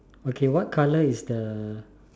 okay what color is the